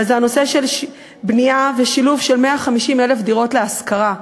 וזה הנושא של בנייה ושילוב של 150,000 דירות להשכרה.